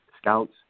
scouts